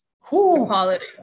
quality